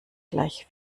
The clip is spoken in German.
gleich